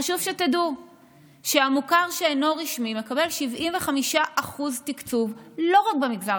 חשוב שתדעו שהמוכר שאינו רשמי מקבל 75% תקצוב לא רק במגזר